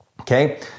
Okay